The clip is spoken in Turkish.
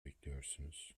bekliyorsunuz